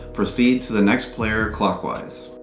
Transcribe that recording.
proceed to the next player clockwise.